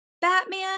Batman